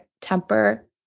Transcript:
temper